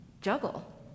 juggle